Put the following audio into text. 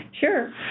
Sure